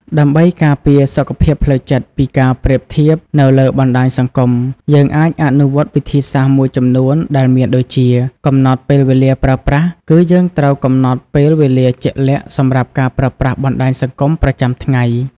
ដើម្បីការពារសុខភាពផ្លូវចិត្តពីការប្រៀបធៀបនៅលើបណ្ដាញសង្គម យើងអាចអនុវត្តវិធីសាស្រ្តមួយចំនួនដែលមានដូចជា កំណត់ពេលវេលាប្រើប្រាស់ គឺយើងត្រូវកំណត់ពេលវេលាជាក់លាក់សម្រាប់ការប្រើប្រាស់បណ្ដាញសង្គមប្រចាំថ្ងៃ។